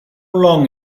long